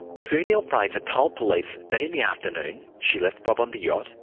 sue neill-fraser told police that in the afternoon she left bob on the yacht,